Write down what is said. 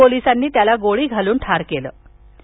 पोलिसांनी त्याला गोळी घालून ठार केलं होतं